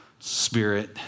Spirit